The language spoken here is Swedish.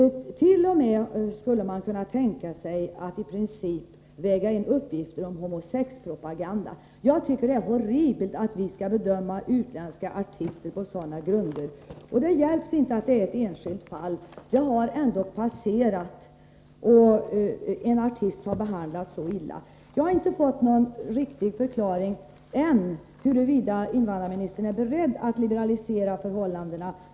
Man skulle i princip t.o.m. kunna tänka sig att väga in uppgifter om homosexpropaganda. Jag tycker att det är horribelt att bedöma utländska artister på sådana grunder. Det hjälps inte att det är fråga om ett enskilt fall. Detta har ändå passerat, och artisten har behandlats illa. Jag har inte fått något riktigt svar än beträffande om invandrarministern är beredd att liberalisera förhållandena.